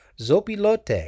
Zopilote